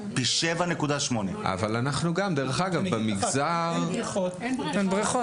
דרך אגב, במגזר --- אין בריכות.